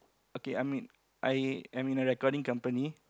okay I mean I am in a recording company